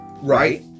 Right